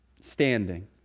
standing